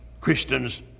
christians